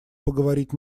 поговорить